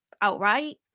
outright